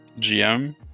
GM